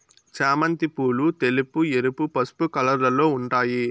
చామంతి పూలు తెలుపు, ఎరుపు, పసుపు కలర్లలో ఉంటాయి